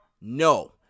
No